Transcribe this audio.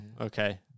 Okay